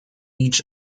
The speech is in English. each